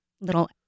little